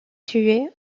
tué